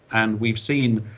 and we've seen,